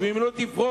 ואם היא לא תפרוש,